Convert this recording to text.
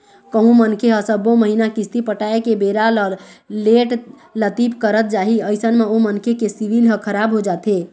कहूँ मनखे ह सब्बो महिना किस्ती पटाय के बेरा ल लेट लतीफ करत जाही अइसन म ओ मनखे के सिविल ह खराब हो जाथे